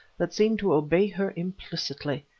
that seemed to obey her implicitly.